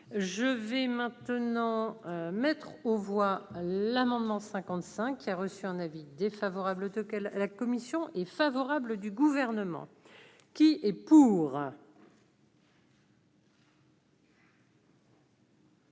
je vais maintenant mettre aux voix l'amendement 55 qui a reçu un avis défavorable de quel. La commission est favorable du gouvernement qui est pour.